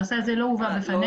הנושא הזה לא הובא בפנינו.